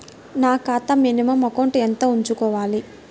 నా ఖాతా minimum amount ఎంత ఉంచుకోవాలి?